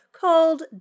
called